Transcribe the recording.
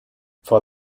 vor